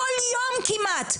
בכל יום כמעט,